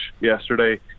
yesterday